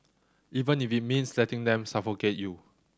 even if it means letting them suffocate you